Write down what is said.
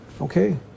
okay